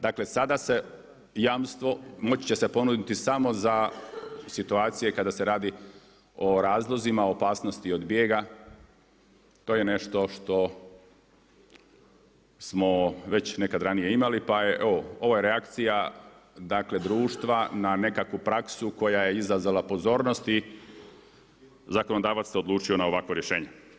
Dakle, sada se jamstvo, moći će se ponuditi samo za situacije kada se radi o razlozima, od opasnosti od bijega, to je nešto što smo već nekad ranije imali, pa je evo, ovo je reakcija društva na nekakvu praksu koja je izazvala pozornosti, zakonodavac se odlučio na ovakvo rješenje.